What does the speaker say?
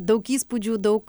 daug įspūdžių daug